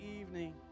evening